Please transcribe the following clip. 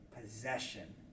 possession